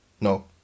No